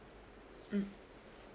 mm